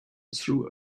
through